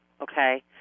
okay